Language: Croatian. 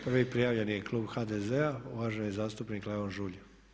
Prvi prijavljeni je Klub HDZ-a, uvaženi zastupnik Leon Žulj.